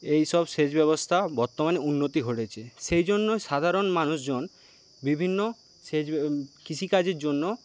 এইসব সেচ ব্যবস্থা বর্তমানে উন্নতি ঘটেছে সেইজন্য সাধারণ মানুষজন বিভিন্ন সেচ কৃষিকাজের জন্য